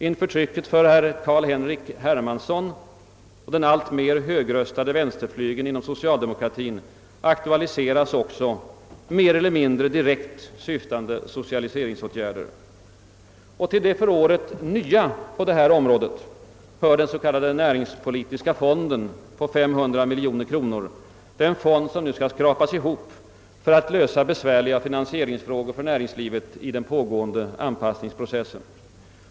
Inför trycket av Carl-Henrik Hermansson och den alltmer högröstade vänsterflygeln inom socialdemokratien aktualiseras också mer eller mindre direkt syftande socialiseringsåtgärder. Till det för året nya på detta område hör den näringspolitiska fonden på 500 miljoner kronor, en fond som nu skall skrapas ihop för att undanröja besvär liga finansieringsfrågor för näringslivet i den pågående anpassningsprocessen.